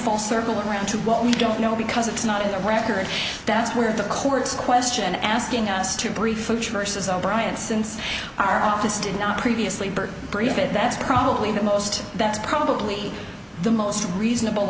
full circle around to what we don't know because it's not in the record that's where the court's question asking us to brief choices o'bryant since our office did not previously but brief it that's probably the most that's probably the most reasonable